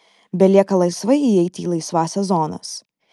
belieka laisvai įeiti į laisvąsias zonas